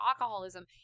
alcoholism